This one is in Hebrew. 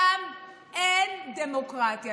שם אין דמוקרטיה",